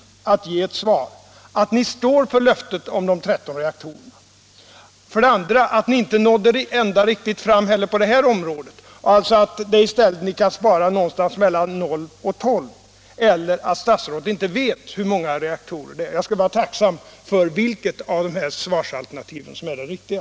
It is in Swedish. Det är för det första att ni står för löftet om de 13 reaktorerna, för det andra att ni inte nådde riktigt fram på detta område heller och att ni i stället kan spara någonting på mellan 0 och 12 och för det tredje att statsrådet inte riktigt vet hur många reaktorer det är. Jag skulle vara tacksam för att få veta vilket av de här tre svarsalternativen som är det riktiga.